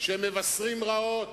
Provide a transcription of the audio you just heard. שמבשרים רעות,